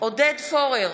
עודד פורר,